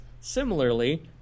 similarly